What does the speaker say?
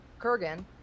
Kurgan